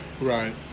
Right